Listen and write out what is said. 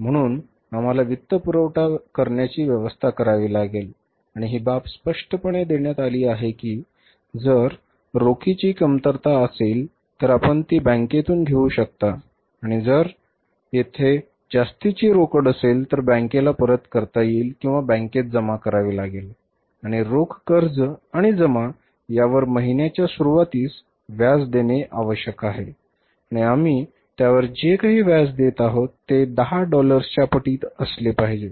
म्हणून आम्हाला वित्तपुरवठा करण्याची व्यवस्था करावी लागेल आणि ही बाब स्पष्टपणे देण्यात आली आहे की जर रोखीची कमतरता असेल तर आपण ती बँकेतून घेऊ शकता आणि जर तेथे जास्तीची रोकड असेल तर बँकेला परत करता येईल किंवा बँकेत जमा करावी लागेल आणि रोख कर्ज आणि जमा यावर महिन्याच्या सुरूवातीस व्याज देणे आवश्यक आहे आणि आम्ही त्यावर जे काही व्याज देत आहेत ते 10 डॉलर्सच्या पटीत असले पाहिजे